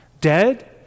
Dead